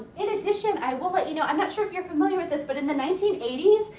in addition, i will let you know, i'm not sure if you're familiar with this but in the nineteen eighty s,